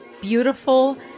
beautiful